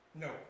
No